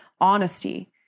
honesty